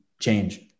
change